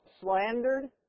slandered